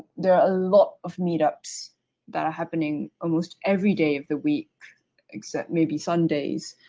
there are a lot of meetups that are happening almost every day of the week except maybe sundays.